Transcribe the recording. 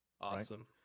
Awesome